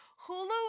Hulu